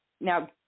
Now